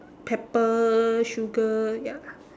pepper sugar ya